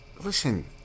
Listen